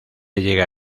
llega